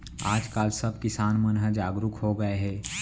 आज काल सब किसान मन ह जागरूक हो गए हे